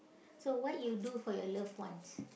so what you do for your loved ones